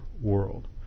world